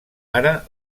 ara